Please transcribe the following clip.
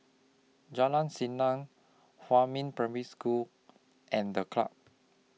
Jalan Senang Huamin Primary School and The Club